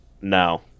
No